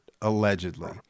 allegedly